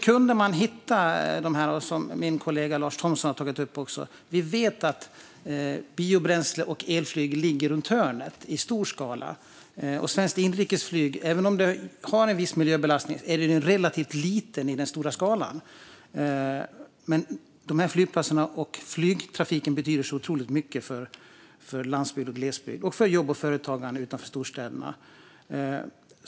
Precis som min kollega Lars Thomsson tog upp ligger biobränsleflyg och elflyg i stor skala runt hörnet. Även om svenskt inrikesflyg har en viss miljöbelastning är den relativt liten, och denna flygtrafik betyder otroligt mycket för landsbygd, glesbygd och jobb och företagande utanför storstäderna.